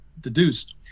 deduced